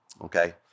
okay